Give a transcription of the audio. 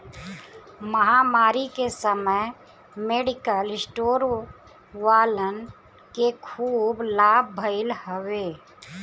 महामारी के समय मेडिकल स्टोर वालन के खूब लाभ भईल हवे